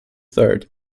third